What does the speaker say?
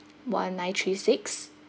one nine three six